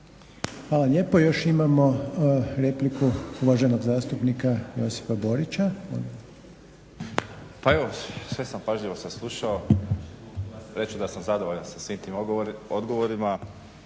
Hvala lijepo. I još imamo repliku uvaženog zastupnika Josipa Borića. **Borić, Josip (HDZ)** Pa evo, sve sam pažljivo saslušao. Reći ću da sam zadovoljan sa svim tim odgovorima